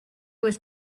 was